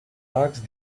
ask